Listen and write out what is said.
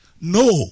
No